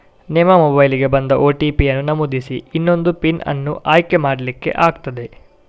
ನಿಮ್ಮ ಮೊಬೈಲಿಗೆ ಬಂದ ಓ.ಟಿ.ಪಿ ಅನ್ನು ನಮೂದಿಸಿ ಇನ್ನೊಂದು ಪಿನ್ ಅನ್ನು ಆಯ್ಕೆ ಮಾಡ್ಲಿಕ್ಕೆ ಆಗ್ತದೆ